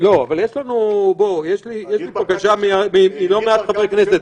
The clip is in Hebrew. יש לי בקשה מלא מעט חברי כנסת.